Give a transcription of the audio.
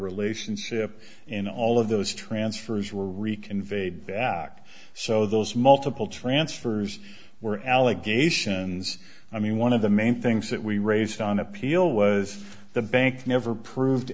relationship and all of those transfers were reconvened back so those multiple transfers were allegations i mean one of the main things that we raised on appeal was the bank never proved